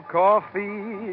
coffee